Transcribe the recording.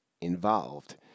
involved